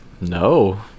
No